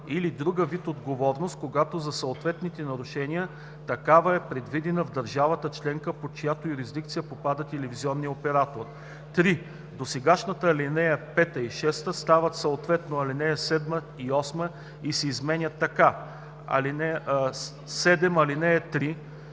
или друг вид отговорност, когато за съответните нарушения такава е предвидена в държавата членка, под чиято юрисдикция попада телевизионният оператор.” 3. Досегашните ал. 5 и 6 стават съответно ал. 7 и 8 и се изменят така: „ (7) Алинея 3